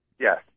Yes